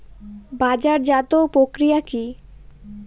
বাজারজাতও প্রক্রিয়া কি?